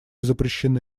запрещены